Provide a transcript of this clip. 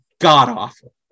god-awful